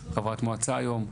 חברת מועצה היום,